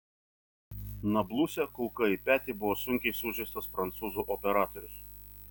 nabluse kulka į petį buvo sunkiai sužeistas prancūzų operatorius